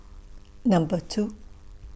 Number two